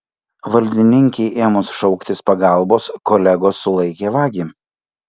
valdininkei ėmus šauktis pagalbos kolegos sulaikė vagį